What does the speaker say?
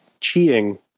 cheating